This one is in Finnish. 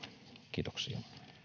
kiitoksia